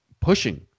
pushing